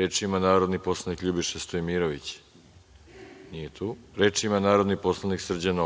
Reč ima narodni poslanik Ljubiša Stojmirović. Nije tu. Reč ima narodni poslanik Srđan